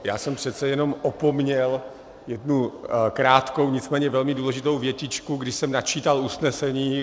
Já jsem přece jenom opomněl jednu krátkou, nicméně velmi důležitou větičku, když jsem načítal usnesení.